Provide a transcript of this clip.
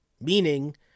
meaning